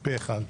פה אחד.